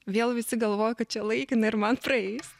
vėl visi galvojo kad čia laikina ir man praeis